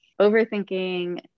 overthinking